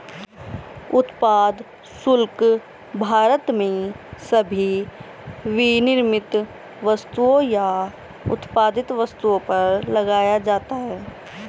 उत्पाद शुल्क भारत में सभी विनिर्मित वस्तुओं या उत्पादित वस्तुओं पर लगाया जाता है